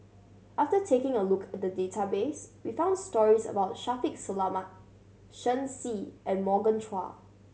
after taking a look at the database we found stories about Shaffiq Selamat Shen Xi and Morgan Chua